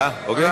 אה, אוקיי.